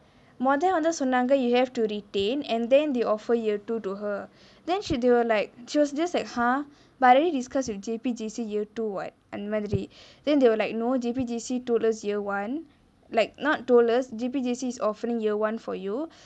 மொத வந்து சொன்னாங்கே:mothe vanthu sonnangae you have to retain and then they offer year two to her then she they were like she was just like !huh! but I already discuss with J_P_J_C year two [what] அந்த மாதிரி:antha maathiri then they were like no J_P_J_C told us year one like not told us J_P_J_C is offering year one for you